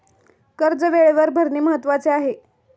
कर्ज वेळेवर भरणे महत्वाचे आहे